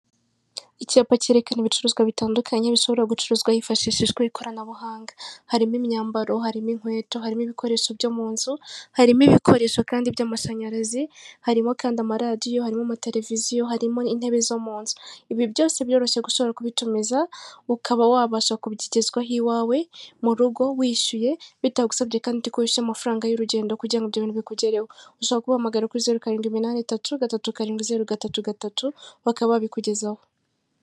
Icyapa cyerekana ibicuruzwa bitandukanye bishobora gucuruzwa hifashishijwe ikoranabuhanga harimo imyambaro harimo inkweto harimo ibikoresho byo mu nzu harimo ibikoresho kandi by'amashanyarazi, harimo kandi amaradiyo, harimo amateleviziyo, harimo intebe zo mu nzu ibi byose biroroshye gushobora kubitukomeza ukaba wabasha kugezwaho iwawe mu rugo wishyuye bitagusabye kandi ko ushya amafaranga y'urugendo kugira ngo bintu bikugereho ushaka guhamagara kuri zeru karindwi imani itatu gatatu karindwi zeru gatatu gatatu bakaba babikugezaho.